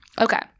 Okay